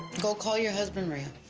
go call your husband, maria.